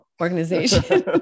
organization